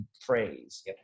phrase